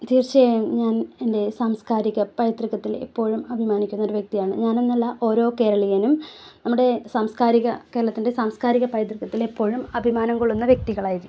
തീർച്ചയായും ഞാൻ എൻ്റെ സാംസ്കാരിക പൈതൃകത്തിൽ എപ്പോഴും അഭിമാനിക്കുന്ന ഒരു വ്യക്തിയാണ് ഞാൻ എന്നല്ല ഓരോ കേരളീയനും നമ്മുടെ സാംസ്കാരിക കേരളത്തിൻ്റെ സാംസ്കാരിക പൈതൃകത്തിൽ എപ്പോഴും അഭിമാനം കൊള്ളുന്ന വ്യക്തികളായിരിക്കും